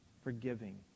forgiving